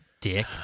dick